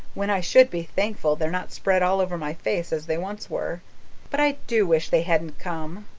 when i should be thankful they're not spread all over my face as they once were but i do wish they hadn't come.